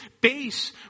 base